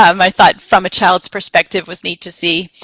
um i thought from a child's perspective was neat to see.